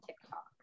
TikTok